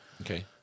Okay